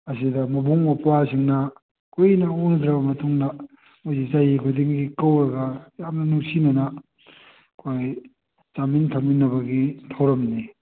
ꯑꯁꯤꯗ ꯃꯕꯨꯡ ꯃꯧꯄ꯭ꯋꯥꯁꯤꯡꯅ ꯀꯨꯏꯅ ꯎꯅꯗ꯭ꯔꯕ ꯃꯇꯨꯡꯗ ꯃꯣꯏꯁꯤ ꯆꯍꯤ ꯈꯨꯗꯤꯡꯒꯤ ꯀꯧꯔꯒ ꯌꯥꯝꯅ ꯅꯨꯡꯁꯤꯅꯅ ꯑꯩꯈꯣꯏ ꯆꯥꯃꯤꯟ ꯊꯛꯃꯤꯟꯅꯕꯒꯤ ꯊꯧꯔꯝꯅꯤ